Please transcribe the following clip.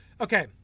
okay